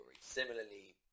similarly